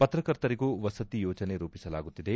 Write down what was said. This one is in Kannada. ಪತ್ರಕರ್ತರಿಗೂ ವಸತಿ ಯೋಜನೆ ರೂಪಿಸಲಾಗುತ್ತಿದೆ